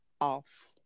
off